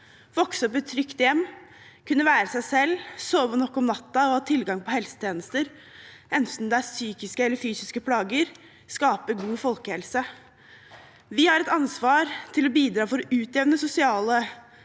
vokse opp i et trygt hjem, kunne være seg selv, sove nok om natten og ha tilgang på helsetjenester, enten det er for psykiske eller fysiske plager, skaper god folkehelse. Vi har et ansvar for å bidra til å utjevne sosiale